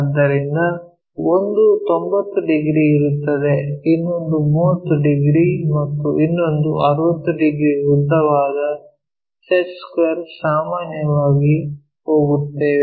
ಆದ್ದರಿಂದ ಒಂದು 90 ಡಿಗ್ರಿ ಇರುತ್ತದೆ ಇನ್ನೊಂದು 30 ಡಿಗ್ರಿ ಮತ್ತು ಇನ್ನೊಂದು 60 ಡಿಗ್ರಿ ಉದ್ದವಾದ ಸೆಟ್ ಸ್ಕ್ವೇರ್ ಸಾಮಾನ್ಯವಾಗಿ ಹೋಗುತ್ತೇವೆ